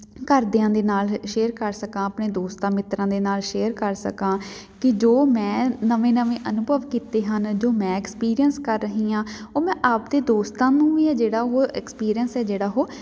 ਘਰਦਿਆਂ ਦੇ ਨਾਲ ਸ਼ੇਅਰ ਕਰ ਸਕਾਂ ਆਪਣੇ ਦੋਸਤਾਂ ਮਿੱਤਰਾਂ ਦੇ ਨਾਲ ਸ਼ੇਅਰ ਕਰ ਸਕਾਂ ਕਿ ਜੋ ਮੈਂ ਨਵੇਂ ਨਵੇਂ ਅਨੁਭਵ ਕੀਤੇ ਹਨ ਜੋ ਮੈਂ ਐਕਸਪੀਰੀਅੰਸ ਕਰ ਰਹੀ ਹਾਂ ਉਹ ਮੈਂ ਆਪਦੇ ਦੋਸਤਾਂ ਨੂੰ ਵੀ ਹੈ ਜਿਹੜਾ ਉਹ ਐਕਸਪੀਰੀਅੰਸ ਹੈ ਜਿਹੜਾ ਉਹ